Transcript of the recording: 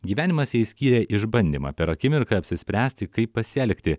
gyvenimas jai skyrė išbandymą per akimirką apsispręsti kaip pasielgti